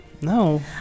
No